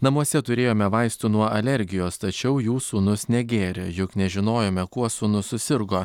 namuose turėjome vaistų nuo alergijos tačiau jų sūnus negėrė juk nežinojome kuo sūnus susirgo